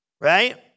right